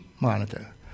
monitor